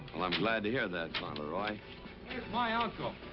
i'm glad to hear that, fauntleroy. where's my uncle?